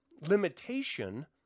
limitation